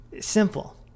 Simple